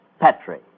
Petri